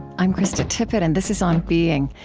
i'm krista tippett, and this is on being.